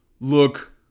look